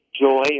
joy